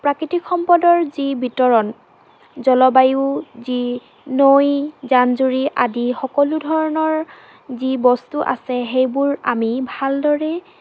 প্ৰাকৃতিক সম্পদৰ যি বিতৰণ জলবায়ু যি নৈ জান জুৰি আদি সকলো ধৰণৰ যি বস্তু আছে সেইবোৰ আমি ভালদৰে